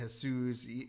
Jesus